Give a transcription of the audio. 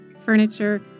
furniture